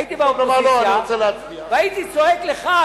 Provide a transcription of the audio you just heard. הייתי באופוזיציה והייתי צועק לך,